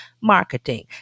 marketing